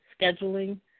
scheduling